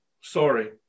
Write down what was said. sorry